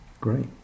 Great